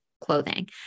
clothing